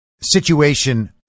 situation